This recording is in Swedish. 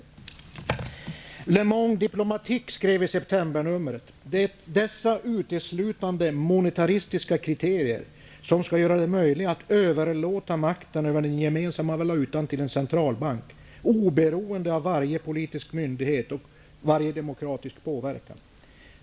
I Le Monde diplomatique skrev man i en ledare i septembernumret: ''Dessa uteslutande monetaristiska kriterier som -- ska göra det möjligt att överlåta makten över den gemensamma valutan till en centralbank oberoende av varje politisk myndighet och demokratisk påverkan.